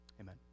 Amen